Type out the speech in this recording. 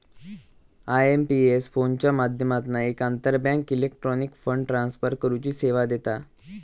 IMPS फोनच्या माध्यमातना एक आंतरबँक इलेक्ट्रॉनिक फंड ट्रांसफर करुची सेवा देता